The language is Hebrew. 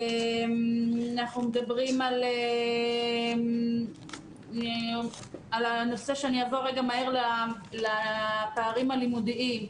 אנחנו מדברים הנושא של הפערים הלימודיים,